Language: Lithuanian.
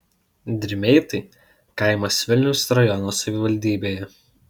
dirmeitai kaimas vilniaus rajono savivaldybėje